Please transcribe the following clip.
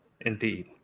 Indeed